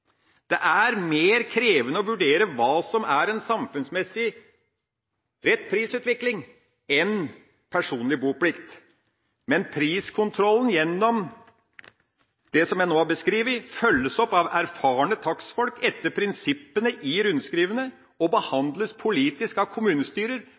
Det er mer krevende å vurdere hva som er en samfunnsmessig rett prisutvikling, enn personlig boplikt. Men priskontrollen gjennom det som jeg nå har beskrevet, følges opp av erfarne takstfolk etter prinsippene i rundskrivene, og